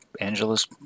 Angela's